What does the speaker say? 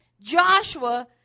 Joshua